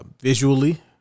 visually